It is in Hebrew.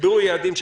נקבעו היעדים,